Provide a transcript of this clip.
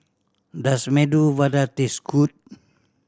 does Medu Vada taste good